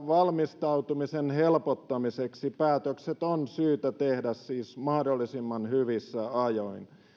valmistautumisen helpottamiseksi päätökset on siis syytä tehdä mahdollisimman hyvissä ajoin